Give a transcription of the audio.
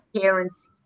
parents